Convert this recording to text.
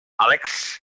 Alex